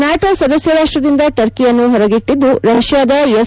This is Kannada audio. ನ್ಯಾಟೋ ಸದಸ್ಟರಾಪ್ಷದಿಂದ ಟರ್ಕಿಯನ್ನು ಹೊರಗಿಟ್ಟದ್ದು ರಷ್ಟಾದ ಎಸ್